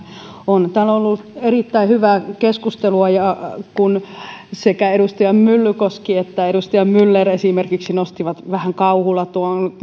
on tämä on ollut erittäin hyvää keskustelua ja kun esimerkiksi sekä edustaja myllykoski että edustaja myller nostivat vähän kauhulla tuon